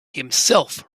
himself